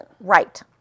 Right